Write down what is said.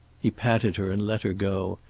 he patted her and let her go,